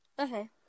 okay